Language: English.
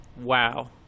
wow